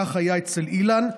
כך היה אצל אילן,